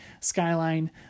Skyline